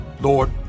Lord